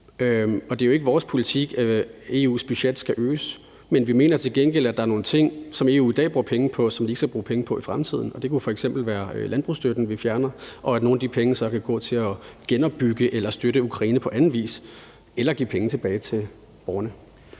det er jo ikke vores politik, at EU's budget skal øges. Men vi mener til gengæld, at der er nogle ting, som EU i dag bruger penge på, som de ikke skal bruge penge på i fremtiden. Det kunne f.eks. være landbrugsstøtten, vi fjerner, og nogle af de penge kan så gå til at genopbygge eller støtte Ukraine på anden vis eller give penge tilbage til borgerne.